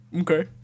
Okay